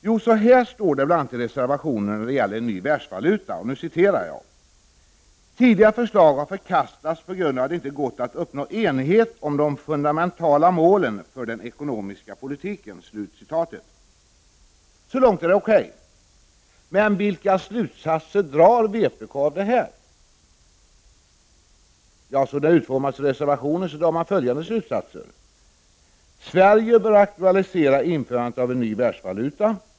Jo, det står bl.a. så här i reservationen om införandet av en ny världsvaluta: ”Tidigare förslag har förkastats på grund av att det inte gått att uppnå enighet om de fundamentala målen för den ekonomiska politiken.” Så långt är det okej. Men vilka slutsatser drar vpk av detta? Som reservationen är utformad drar man slutsatsen att Sverige bör aktualisera införandet av en ny världsvaluta.